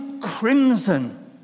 crimson